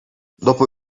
dopo